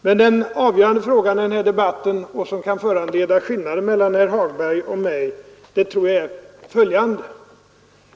Men det avgörande i denna debatt, och den fråga som kan föranleda skillnaden mellan herr Hagberg och mig, tror jag är följande.